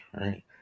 right